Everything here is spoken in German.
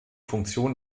funktion